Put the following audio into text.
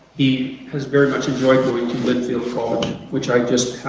he has very much enjoyed going to linfield college which i just